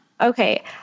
Okay